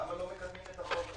למה לא מקדמים את החוק?